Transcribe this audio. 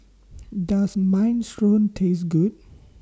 Does Minestrone Taste Good